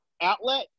outlet